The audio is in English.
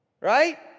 Right